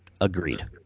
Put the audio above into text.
Agreed